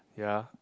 ya